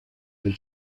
nel